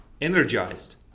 energized